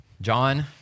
John